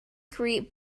create